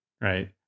right